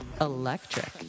Electric